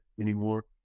anymore